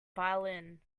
violin